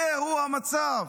זהו המצב.